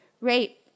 rape